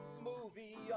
movie